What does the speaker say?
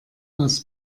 aus